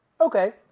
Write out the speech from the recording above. okay